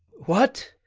what!